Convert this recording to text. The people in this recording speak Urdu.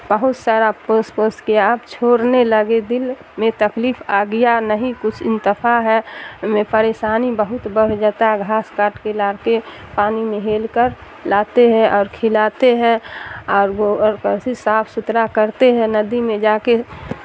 بہت سارا پوس پوس کے آپ چھوڑنے لگے دل میں تکلیف آ گیا نہیں کچھ انتفہ ہے میں پریشانی بہت بڑھ جاتا ہے گھاس کاٹ کے لا کے پانی میں ہیل کر لاتے ہیں اور کھلاتے ہیں اور وہ صاف ستھرا کرتے ہیں ندی میں جا کے